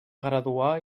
graduar